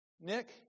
Nick